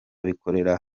kubikorera